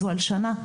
זאת הלשנה.